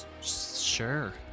Sure